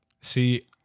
See